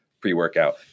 pre-workout